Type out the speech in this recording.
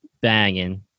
Banging